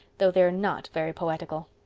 though they're not very poetical.